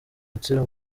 rutsiro